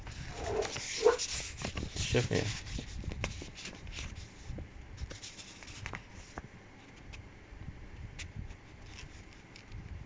chef made ah